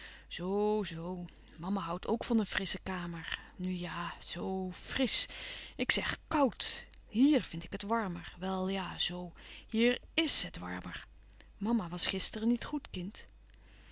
zoo-zoo mama houdt ook van een frissche kamer nu ja zoo frisch ik zeg koud hièr vind ik het warmer wel ja zoo hier is het warmer mama was gisteren niet goed kind